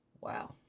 Wow